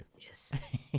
Yes